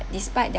despite their